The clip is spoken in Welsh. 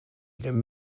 ddim